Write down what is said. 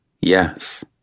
Yes